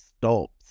stops